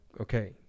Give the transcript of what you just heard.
okay